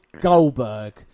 Goldberg